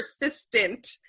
persistent